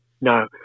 no